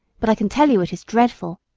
but i can tell you it is dreadful.